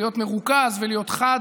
להיות מרוכז ולהיות חד.